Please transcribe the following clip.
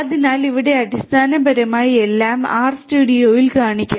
അതിനാൽ ഇവിടെ അടിസ്ഥാനപരമായി എല്ലാം ആർസ്റ്റുഡിയോയിൽ കാണിക്കും